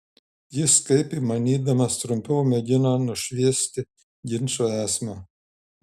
jis kaip įmanydamas trumpiau mėgino nušviesti ginčo esmę